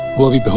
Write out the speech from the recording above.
will be but